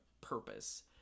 purpose